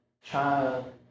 child